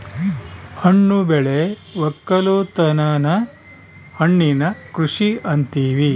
ಹಣ್ಣು ಬೆಳೆ ವಕ್ಕಲುತನನ ಹಣ್ಣಿನ ಕೃಷಿ ಅಂತಿವಿ